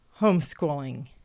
homeschooling